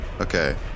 Okay